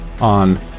on